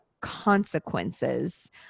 consequences